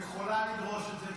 היא יכולה לדרוש את זה,